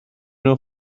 nhw